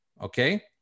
Okay